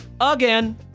again